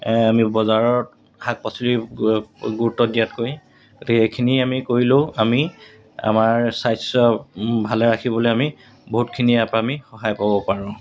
আমি বজাৰত শাক পাচলিৰ গুৰুত্ব দিয়াতকৈ গতিকে এইখিনি আমি কৰিলেও আমি আমাৰ স্বাস্থ্য ভালে ৰাখিবলৈ আমি বহুতখিনি ইয়াৰপৰা আমি সহায় পাব পাৰোঁ